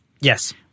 Yes